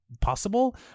possible